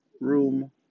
room